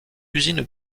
usines